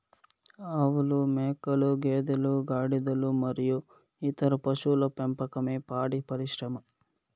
ఆవులు, మేకలు, గేదెలు, గాడిదలు మరియు ఇతర పశువుల పెంపకమే పాడి పరిశ్రమ